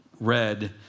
read